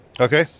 okay